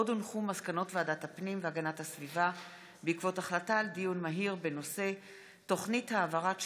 מסקנות ועדת הפנים והגנת הסביבה בעקבות דיון מהיר בהצעתם של